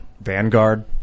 Vanguard